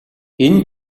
энэ